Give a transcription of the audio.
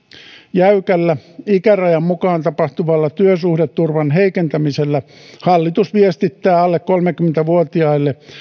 jäykällä ikärajan mukaan tapahtuvalla työsuhdeturvan heikentämisellä hallitus viestittää alle kolmekymmentä vuotiaille